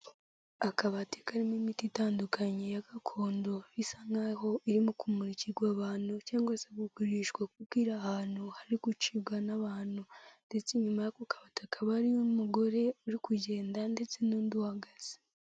Akabati karimo imiti itandukanye ya gakondo bisa nk'aho irimo kumurikirwa abantu cyangwa se kugurishwa kuko iri ahantu hari gucibwa n'abantu ndetse nyuma y'ako kabati hakaba hari umugore uri kugenda ndetse n'undi uhagaze.